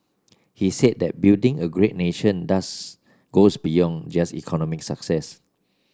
he said that building a great nation does goes beyond just economic success